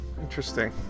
interesting